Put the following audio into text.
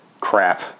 crap